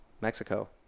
Mexico